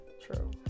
true